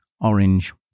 orange